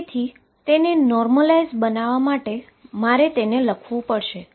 અને તેથી તેને નોર્મલાઈઝબનાવવા માટે મારે લખવું પડશે